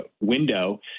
window